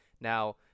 Now